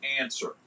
answer